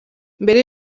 mbere